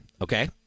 okay